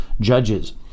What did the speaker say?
judges